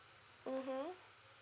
mmhmm